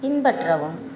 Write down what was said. பின்பற்றவும்